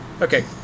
Okay